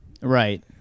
right